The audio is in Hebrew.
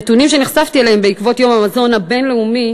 הנתונים שנחשפתי אליהם בעקבות יום המזון הבין-לאומי